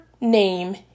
name